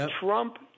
Trump